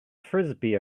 frisbee